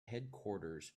headquarters